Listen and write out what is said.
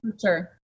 Sure